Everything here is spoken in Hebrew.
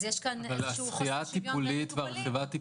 אז יש כאן איזה שהוא חוסר שוויון בין המטופלים.